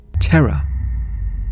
terror